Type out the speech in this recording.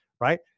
right